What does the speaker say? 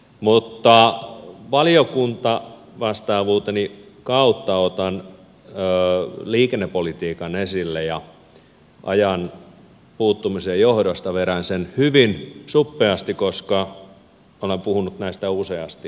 mutta valiokuntavastaavuuteni kautta otan liikennepolitiikan esille ja ajan puuttumisen johdosta vedän sen hyvin suppeasti koska olen puhunut näistä useasti aikaisemminkin